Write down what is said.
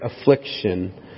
affliction